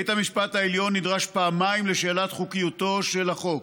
בית המשפט העליון נדרש פעמיים לשאלת חוקתיותו של החוק.